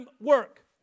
work